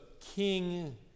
king